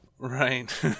Right